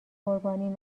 قربانی